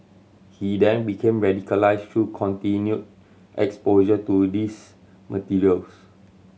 he then became radicalise through continue exposure to these materials